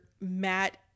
Matt